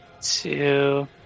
two